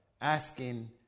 asking